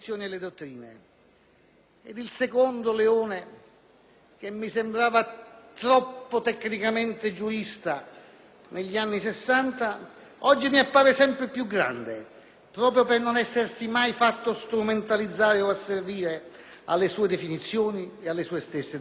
il secondo, Leone, che mi sembrava troppo tecnicamente giurista negli anni Sessanta, oggi mi appare sempre più grande, proprio per non essersi mai fatto strumentalizzare o asservire alle sue definizioni e alle sue stesse dottrine.